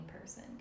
person